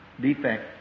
defect